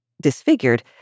disfigured